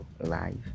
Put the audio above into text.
live